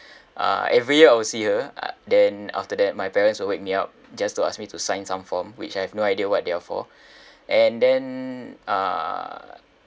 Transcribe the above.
uh every year I will see her uh then after that my parents will wake me up just to ask me to sign some form which I have no idea what they are for and then uh